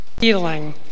healing